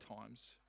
times